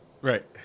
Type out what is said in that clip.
Right